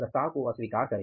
प्रस्ताव को अस्वीकार करें